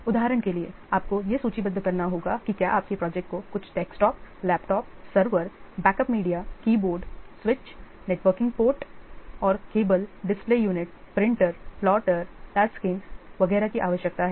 उदाहरण के लिए आपको यह सूचीबद्ध करना होगा कि क्या आपके प्रोजेक्ट को कुछ desktop laptop server backup media keyboard switch विभिन्न नेटवर्किंग पोर्ट और cable display unit printer plotter touch screen वगैरह की आवश्यकता है